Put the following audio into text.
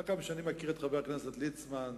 מה גם שאני מכיר את חבר הכנסת ליצמן.